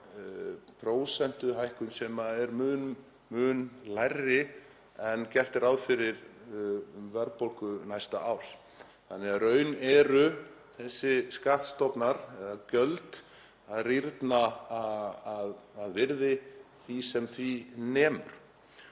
prósentuhækkun sem er mun lægri en gert er ráð fyrir um verðbólgu næsta árs þannig að í raun eru þessir skattstofnar eða gjöld að rýrna að virði sem því nemur.